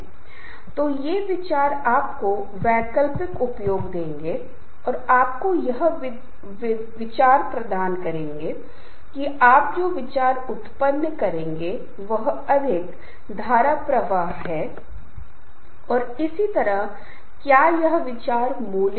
इसलिए वे एक साथ आएंगे या बहुत से लोग अपने धार्मिक विश्वास के कारण एक साथ आएंगे आप जानते हैं कि धर्म एक ऐसी चीज है जिससे लोग बहुत संवेदनशील हो जाते हैं और बहुत आसानी से वे इस विश्वास के आधार पर एक साथ आ जाते हैं